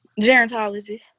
Gerontology